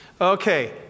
Okay